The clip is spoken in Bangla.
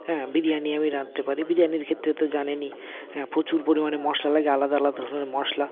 হ্যাঁ বিরিয়ানি আমি রাঁধতে পারি বিরিয়ানির ক্ষেত্রে তো জানেনই হ্যাঁ প্রচুর পরিমাণে মশলা লাগে আলাদা আলাদা ধরনের মশলা